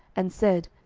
and said,